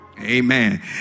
Amen